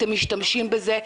אתם משתמשים בזה.